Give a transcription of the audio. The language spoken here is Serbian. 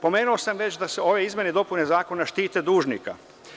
Pomenuo sam već da ove izmene i dopune zakona štite dužnika.